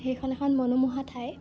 সেইখন এখন মনোমোহা ঠাই